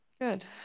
Good